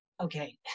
okay